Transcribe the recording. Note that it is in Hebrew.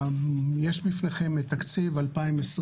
יש בפניכם תקציב 2020,